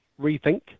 rethink